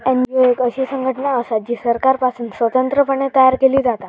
NGO एक अशी संघटना असा जी सरकारपासुन स्वतंत्र पणे तयार केली जाता